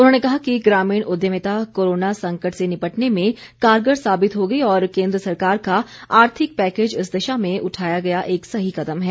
उन्होंने कहा है कि ग्रामीण उद्यमिता कोरोना संकट से निपटने में कारगर साबित होगी और केंद्र सरकार का आर्थिक पैकेज इस दिशा में उठाया गया एक सही कदम है